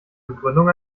begründung